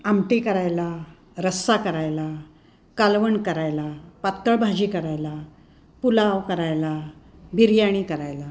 आमटी करायला रस्सा करायला कालवण करायला पातळ भाजी करायला पुलाव करायला बिर्याणी करायला